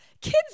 kids